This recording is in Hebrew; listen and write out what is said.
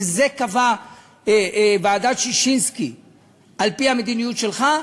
שאת זה קבעה ועדת ששינסקי על-פי המדיניות שלך,